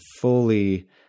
fully